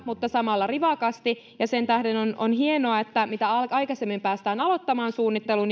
mutta samalla rivakasti sen tähden on on hienoa että mitä aikaisemmin päästään aloittamaan suunnittelu